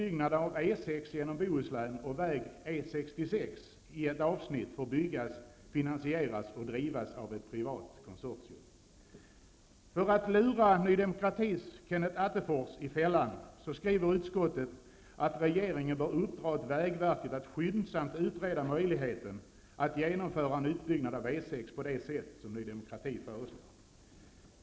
genom Bohuslän och väg E 66 i ett avsnitt får byggas, finansieras och drivas av ett privat konsortium. För att lura Ny demokratis Kenneth Attefors i fällan skriver utskottet att regeringen bör uppdra åt vägverket att skyndsamt utreda möjligheten att genomföra en utbyggnad av E 6 på det sätt som Ny demokrati föreslår.